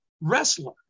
wrestler